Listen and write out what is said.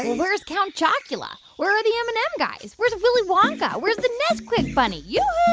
where's count chocula? where are the m and m guys? where's willy wonka? where's the nesquik bunny? yeah